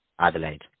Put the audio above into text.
Adelaide